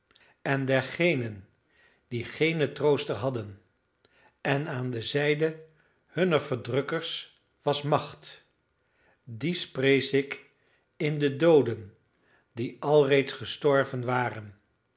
en dergenen die geenen trooster hadden en aan de zijde hunner verdrukkers was macht dies prees ik de dooden die alreeds gestorven waren